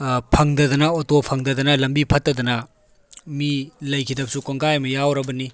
ꯐꯪꯗꯗꯅ ꯑꯣꯇꯣ ꯐꯪꯗꯗꯅ ꯂꯝꯕꯤ ꯐꯠꯇꯗꯅ ꯃꯤ ꯂꯩꯈꯤꯗꯕꯁꯨ ꯀꯣꯡꯒꯥꯏ ꯑꯃ ꯌꯥꯎꯔꯕꯅꯤ